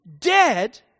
dead